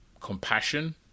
compassion